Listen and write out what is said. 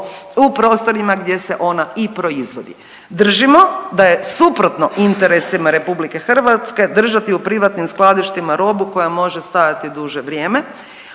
u prostorima gdje se ona i proizvodi. Držimo da je suprotno interesima RH držati u privatnim skladištima robu koja može stajati duže vrijeme,